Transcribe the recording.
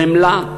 חמלה.